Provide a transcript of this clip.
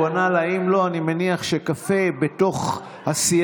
זה עניין של היערכות בקהילה לקבל את המשוחררים האלה.